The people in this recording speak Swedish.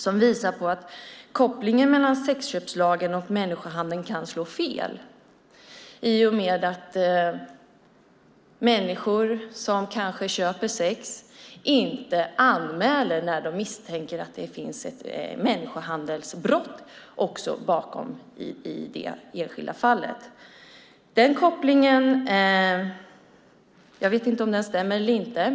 Man visar på att kopplingen mellan sexköpslagen och människohandeln kan slå fel i och med att människor som kanske köper sex inte anmäler när de misstänker att det ligger ett människohandelsbrott bakom i det enskilda fallet. Jag vet inte om den kopplingen stämmer eller inte.